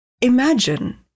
Imagine